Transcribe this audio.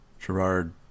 Gerard